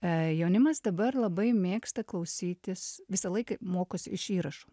e jaunimas dabar labai mėgsta klausytis visąlaiką mokosi iš įrašų